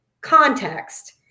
context